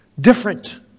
Different